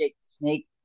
Snake